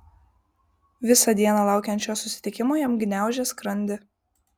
visą dieną laukiant šio susitikimo jam gniaužė skrandį